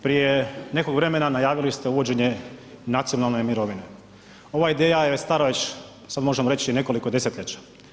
Prije nekog vremena najavili ste uvođenje nacionalne mirovine, ova ideja je stara već sad možemo reći i nekoliko desetljeća.